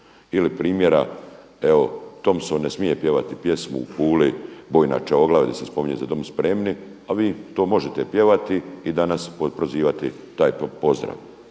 Ili primjera evo Tompson ne smije pjevati pjesmu u Puli, … se spominje „Za Dom spremni“, a vi to možete pjevati i danas prozivati taj pozdrav.